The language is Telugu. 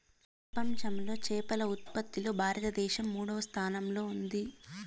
ప్రపంచంలో చేపల ఉత్పత్తిలో భారతదేశం మూడవ స్థానంలో ఉంది